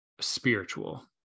spiritual